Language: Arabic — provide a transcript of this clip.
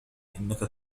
إنك